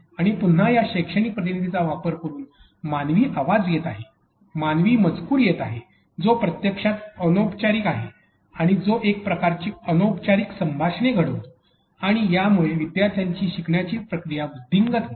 आणि पुन्हा या शैक्षणिक प्रतिनिधींचा वापर करून मानवी आवाज येत मानवी मजकूर येत आहे जो प्रत्यक्षात अनौपचारिक आहे आणि जो एक प्रकारची अनौपचारिक संभाषण घडवतो आणि यामुळे विद्यार्थ्यांची शिकण्याची प्रक्रिया वृद्धिंगत होते